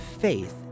faith